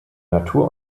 natur